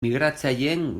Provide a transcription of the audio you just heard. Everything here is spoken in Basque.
migratzaileen